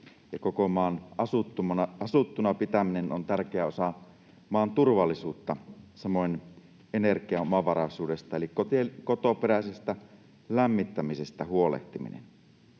koko maan asuttuna pitäminen on tärkeä osa maan turvallisuutta, samoin energiaomavaraisuudesta eli kotoperäisestä lämmittämisestä huolehtiminen.